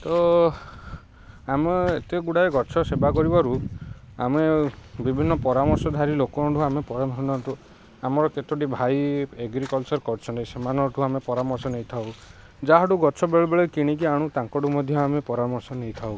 ତ ଆମେ ଏତେ ଗୁଡ଼ାଏ ଗଛ ସେବା କରିବାରୁ ଆମେ ବିଭିନ୍ନ ପରାମର୍ଶ ଧାରି ଲୋକଙ୍କଠୁ ଆମେ ପରାମର୍ଶ ନିଅନ୍ତୁ ଆମର କେତୋଟି ଭାଇ ଏଗ୍ରିକଲଚର୍ କରିଛନ୍ତି ସେମାନଙ୍କଠୁ ଆମେ ପରାମର୍ଶ ନେଇଥାଉ ଯାହାଠୁ ଗଛ ବେଳେବେଳେ କିଣିକି ଆଣୁ ତାଙ୍କଠୁ ମଧ୍ୟ ଆମେ ପରାମର୍ଶ ନେଇଥାଉ